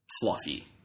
Fluffy